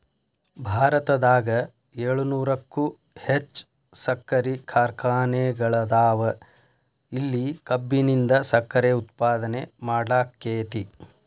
ಭಾರತದಾಗ ಏಳುನೂರಕ್ಕು ಹೆಚ್ಚ್ ಸಕ್ಕರಿ ಕಾರ್ಖಾನೆಗಳದಾವ, ಇಲ್ಲಿ ಕಬ್ಬಿನಿಂದ ಸಕ್ಕರೆ ಉತ್ಪಾದನೆ ಮಾಡ್ಲಾಕ್ಕೆತಿ